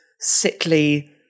sickly